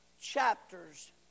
chapters